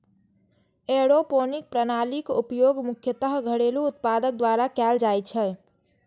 aeroponic प्रणालीक उपयोग मुख्यतः घरेलू उत्पादक द्वारा कैल जाइ छै